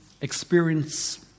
experience